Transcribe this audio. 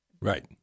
Right